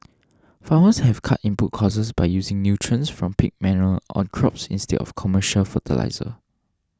farmers have cut input costs by using nutrients from pig manure on crops instead of commercial fertiliser